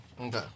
Okay